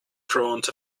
front